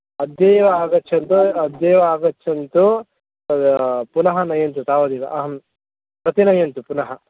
अद्य एव आगच्छन्तु अद्यैव आगच्छन्तु तद् पुनः नयन्तु तावदेव अहं प्रतिनयन्तु पुनः